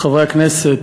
חברי הכנסת,